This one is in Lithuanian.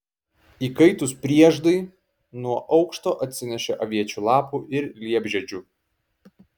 įkaitus prieždai nuo aukšto atsinešė aviečių lapų ir liepžiedžių